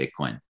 Bitcoin